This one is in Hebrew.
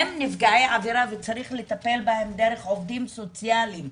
הם נפגעי עבירה וצריך לטפל בהם דרך עובדים סוציאליים.